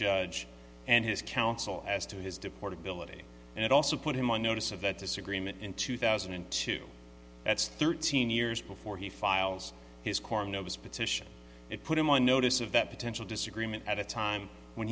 judge and his counsel as to his departed billeted and also put him on notice of that disagreement in two thousand and two that's thirteen years before he files his corn notice petition it put him on notice of that potential disagreement at a time when